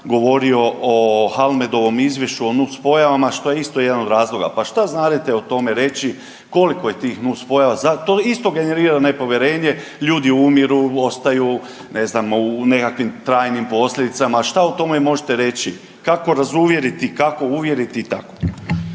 govorio o Halmedovom izvješću o nus pojavama, što je isto jedan od razloga, pa šta znadete o tome reći koliko je tih nus pojava? To isto generira nepovjerenje, ljudi umiru, ostaju, ne znam, u nekakvim trajnim posljedicama, šta o tome možete reći, kako razuvjeriti i kako uvjeriti i tako?